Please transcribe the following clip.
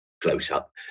close-up